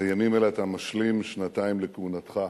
בימים אלה אתה משלים שנתיים לכהונתך.